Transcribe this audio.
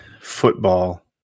football